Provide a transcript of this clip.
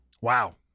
Wow